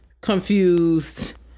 confused